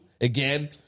Again